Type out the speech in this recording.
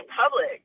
public